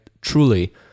truly